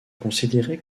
considéré